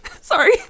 Sorry